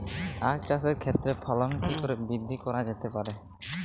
আক চাষের ক্ষেত্রে ফলন কি করে বৃদ্ধি করা যেতে পারে?